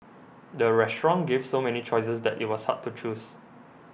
the restaurant gave so many choices that it was hard to choose